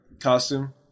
costume